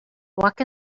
walk